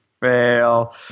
fail